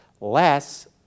less